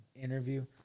interview